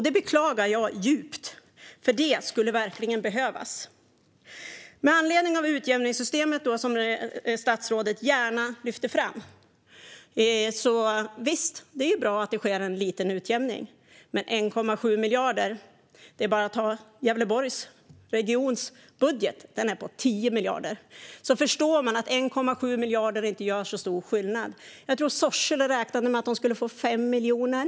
Det beklagar jag djupt, för det skulle verkligen behövas. Angående det utjämningssystem som statsrådet gärna lyfter fram är det förstås bra att det sker en liten utjämning. Men 1,7 miljarder - bara Gävleborgs regions budget är på 10 miljarder. Då förstår man att 1,7 miljarder inte gör så stor skillnad. Jag tror att Sorsele räknade med att de skulle få 5 miljoner.